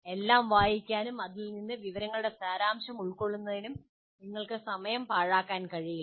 എല്ലാം വായിക്കാനും അതിൽ നിന്ന് വിവരങ്ങളുടെ സാരാംശം കൈക്കൊള്ളുന്നതിനും നിങ്ങൾക്ക് സമയം പാഴാക്കാൻ കഴിയില്ല